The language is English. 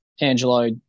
Angelo